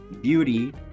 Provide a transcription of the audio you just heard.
beauty